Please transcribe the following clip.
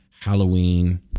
Halloween